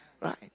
Right